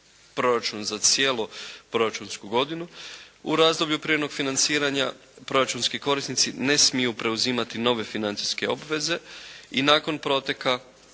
proračun za cijelu proračunsku godinu. U razdoblju privremenog financiranja proračunski korisnici ne smiju preuzimati nove financijske obveze i nakon proteka